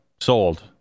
sold